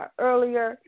earlier